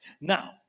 Now